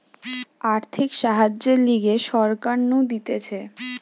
আর্থিক সাহায্যের লিগে সরকার নু দিতেছে